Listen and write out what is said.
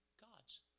God's